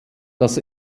das